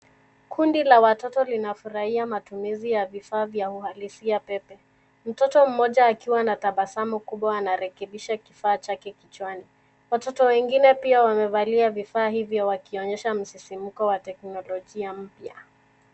Kundi la watoto linafurahia matumizi ya vifaa vya uhalisia pepe. Mtoto mmoja akiwa na tabasamu kubwa anarekebisha kifaa chake kichwani. Watoto wengine pia wamevalia vifaa hivyo wakionyesha msisimuko wa teknolojia mpya.